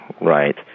right